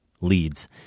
leads